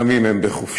גם אם הם בחופשה,